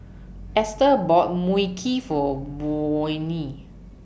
Esther bought Mui Kee For Vonnie